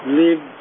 live